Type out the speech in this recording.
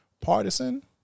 Partisan